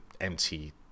empty